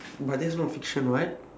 but that's not fiction [what]